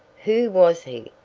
who was he,